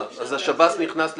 אז השב"ס נכנס לשם.